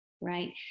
right